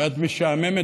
ואת משעממת,